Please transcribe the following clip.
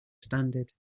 standard